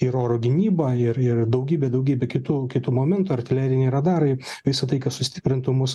ir oro gynyba ir ir daugybė daugybė kitų kitų momentų artileriniai radarai visa tai kas sustiprintų mus